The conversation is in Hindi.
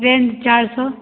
रेंज चार सौ